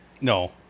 no